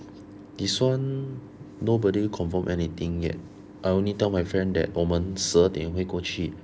this [one] nobody confirm anything yet I only tell my friend that 我们十二点会过去